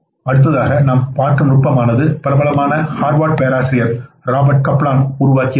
அடுத்ததாக நாம் பார்க்கும் நுட்பமானது பிரபலமான ஹார்வர்ட் பேராசிரியர் ராபர்ட் கப்லான் உருவாக்கியது ஆகும்